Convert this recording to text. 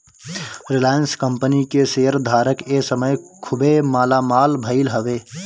Reliance company के share धारक ए समय खुबे मालामाल भईले हवे